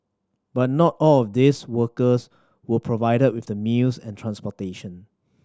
but not all of these workers were provided with the meals and transportation